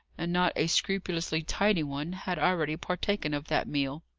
and not a scrupulously tidy one, had already partaken of that meal.